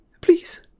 please